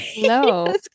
No